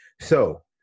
So-